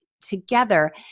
together